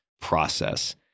process